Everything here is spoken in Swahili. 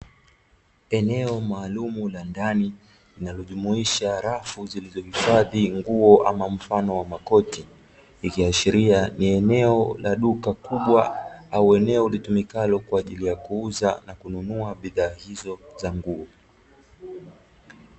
Eneo maalumu la ndani linalojumuisha rafu zilizohifadhi nguo ama mfano wa makoti, ikiashiria ni eneo la duka kubwa au eneo litumikalo kwa ajili ya kuuza na kununua bidhaa hizo za nguo.